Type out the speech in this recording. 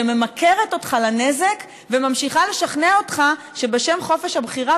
שממכרת אותך לנזק וממשיכה לשכנע אותך שבשם חופש הבחירה